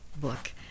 book